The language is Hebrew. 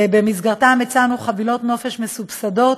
ובמסגרתם הצענו חבילות נופש מסובסדות